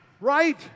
Right